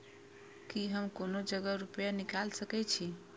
की हम कोनो जगह रूपया निकाल सके छी?